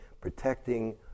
protecting